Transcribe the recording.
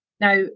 Now